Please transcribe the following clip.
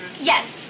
Yes